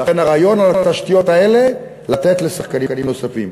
לכן הרעיון הוא על התשתיות האלה לתת לשחקנים נוספים.